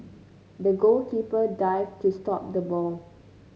the goalkeeper dived to stop the ball